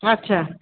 আচ্ছা